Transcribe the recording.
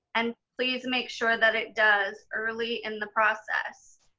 and please make sure that it does early in the process.